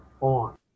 on